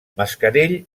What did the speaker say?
mascarell